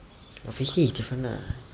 obviously it's different lah